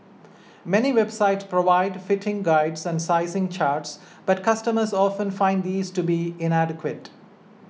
many website provide fitting guides and sizing charts but customers often find these to be inadequate